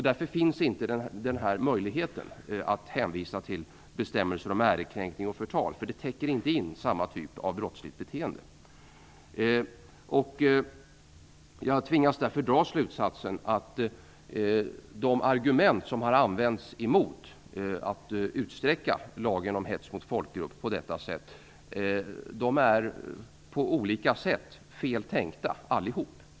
Det finns därför ingen möjlighet att hänvisa till bestämmelserna om ärekränkning och förtal. De täcker inte in samma typ av brottsligt beteende som hetslagstiftningen. Jag tvingas därför dra slutsatsen att de argument som har använts mot att utsträcka lagen om hets mot folkgrupp alla på olika sätt är fel tänkta.